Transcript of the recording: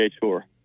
tour